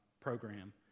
program